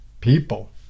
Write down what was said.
people